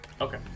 okay